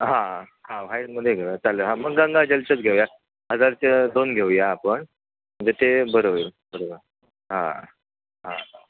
हां हां व्हाईटमध्ये घेऊया चालेल हां मग गंगाजलचंच घेऊया हजारच्या दोन घेऊया आपण म्हणजे ते बरं होईल हां हा हा